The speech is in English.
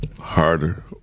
harder